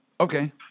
Okay